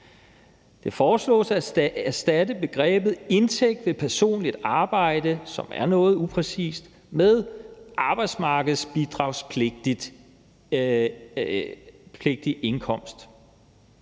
Det foreslås at erstatte begrebet indtægt ved personligt arbejde, som er noget upræcist, med begrebet arbejdsmarkedsbidragspligtig indkomst,